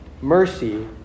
mercy